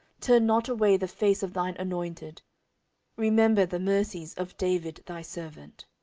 turn not away the face of thine anointed remember the mercies of david thy servant.